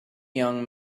young